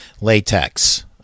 latex